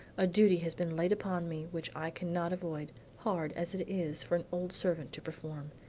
a duty has been laid upon me which i cannot avoid, hard as it is for an old servant to perform.